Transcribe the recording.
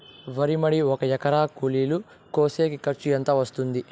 వరి మడి ఒక ఎకరా కూలీలు కోసేకి ఖర్చు ఎంత వస్తుంది?